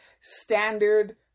standard